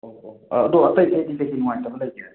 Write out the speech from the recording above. ꯑꯣꯑꯣ ꯑꯗꯣ ꯑꯇꯩ ꯑꯇꯩꯗꯤ ꯀꯔꯤ ꯅꯨꯡꯉꯥꯏꯇꯕ ꯂꯩꯒꯦ